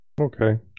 Okay